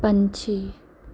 ਪੰਛੀ